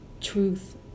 truth